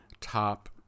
top